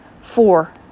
Four